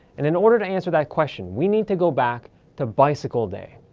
and in order to answer that question, we need to go back to bicycle day.